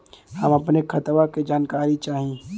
हम अपने खतवा क जानकारी चाही?